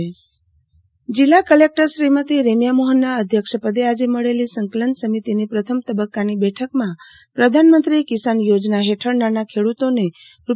આરતી ભદ્દ સંકલન સમિતિની બેઠક જિલ્લા કલેકટર શ્રીમતી રેમ્યા મોહનના અધ્યક્ષપદે આજે મળેલી સંકલન સમિતિની પ્રથમ તબકકાનીબેઠકમાં પ્રધાનમંત્રી કિસાન યોજના હેઠળ નાના ખેડૂતોને રૂ